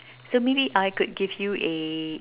so maybe I could give you a